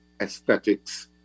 aesthetics